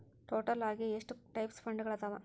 total ಆಗಿ ಎಷ್ಟ types ಫಂಡ್ಗಳದಾವ